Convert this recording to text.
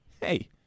hey